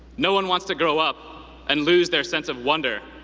no one wants to grow up and lose their sense of wonder,